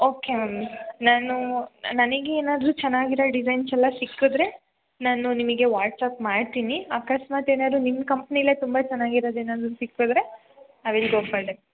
okay ma'am ನಾನು ನನಗೆ ಏನಾದ್ರು ಚೆನ್ನಾಗಿರೋ ಡಿಸೈನ್ಸ್ ಎಲ್ಲ ಸಿಕ್ಕಿದ್ರೆ ನಾನು ನಿಮಗೆ ವಾಟ್ಸಪ್ ಮಾಡ್ತೀನಿ ಅಕಸ್ಮಾತ್ ಏನಾರು ನಿಮ್ಮ ಕಂಪ್ನಿಲೇ ತುಂಬ ಚೆನ್ನಾಗಿರೋದ್ ಏನಾದ್ರು ಸಿಕ್ಕಿದ್ರೆ I will go for that